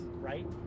right